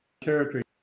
territory